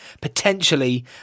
potentially